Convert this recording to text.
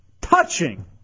touching